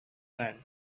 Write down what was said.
sand